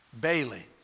Bailey